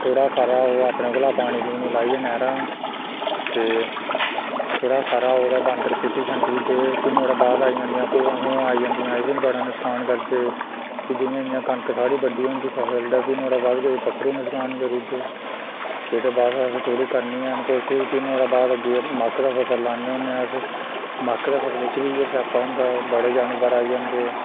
थोह्ड़ा खरा होग अपने कोला पानी शूनी लाइयै नैह्रा ते थोह्ड़ा खरा होग तां बांदर पुट्टी छंडुडदे फ्ही नुहाड़े बाद आई जंदिया घोआं छोआं आई जंदियां एह् बी बड़ा नकसान करदे फ्ही जियां जियां कनक साढ़ी बड्डी होंदी फसल ते फ्ही नुहाड़े बाद पक्खरु नकसान करुदे एह्दे बाद अस थोह्ड़ी करने हैन कोशिश फ्ही नुहाड़े बाद अग्गें मक्क दा फसल लान्ने होन्ने अस मक्क दे फसलै च बी इ'यै स्यापा होंदा ऐ बड़े जानवर आई जंदे